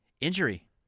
injury